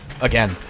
Again